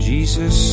Jesus